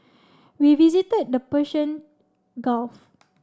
we visited the Persian Gulf